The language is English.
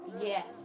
Yes